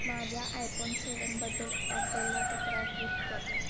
माझ्या आयफोन सेवनबद्दल ॲपलला तक्रार ट्विट कर